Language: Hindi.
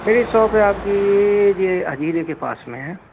मेरी साॅप है आपकी ये हज़ीरे के पास में है